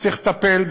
וצריך לטפל,